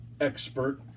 expert